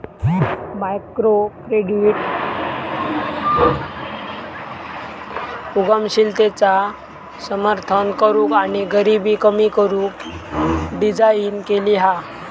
microcredit उद्यमशीलतेचा समर्थन करूक आणि गरीबी कमी करू डिझाईन केली हा